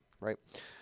right